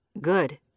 Good